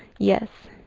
yes.